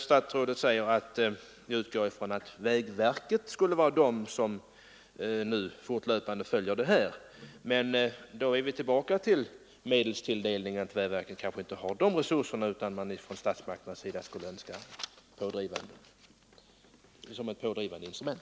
Statsrådet säger att han utgår från att vägverket fortlöpande skall följa dessa frågor, men då är vi tillbaka vid medelstilldelningen: vägverket kanske inte har de resurserna utan skulle kanske önska ett ingripande från statsmakternas sida som ett pådrivande instrument.